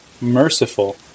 merciful